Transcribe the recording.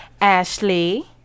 Ashley